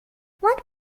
what